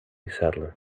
settler